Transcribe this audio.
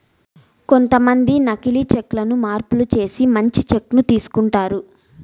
కొంతమంది నకీలి చెక్ లను మార్పులు చేసి మంచి చెక్ ను తీసుకుంటారు